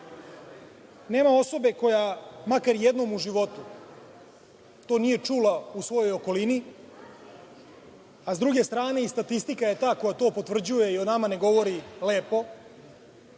osobe koja makar jednom u životu to nije čula u svojoj okolini, a s druge strane i statistika je ta koja to potvrđuje i o nama ne govori lepo.